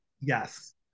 Yes